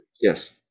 yes